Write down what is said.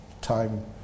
time